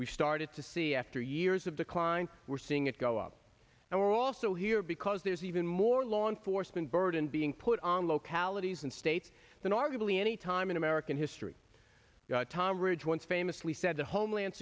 we've started to see after years of decline we're seeing it go up and we're also here because there's even more law enforcement burden being put on localities and states than arguably any time in american history tom ridge once famously said the homeland